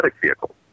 vehicle